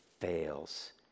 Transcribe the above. fails